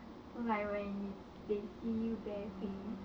so like when it's they see you bare face